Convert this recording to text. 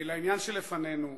לעניין שלפנינו,